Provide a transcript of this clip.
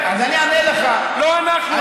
לא אנחנו עשינו את זה.